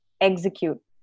execute